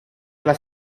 alla